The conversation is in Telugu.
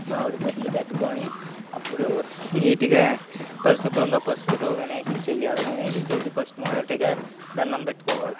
మామిడి పందిర్లు కట్టుకొని అప్పుడు నీట్గా పరిశుభ్రంగా పసుపుతో వినాయకుడ్ని చేయాలి వినాయకుడ్ని చేసి ఫస్ట్ మొదటిగా దండం పెట్టుకోవాలి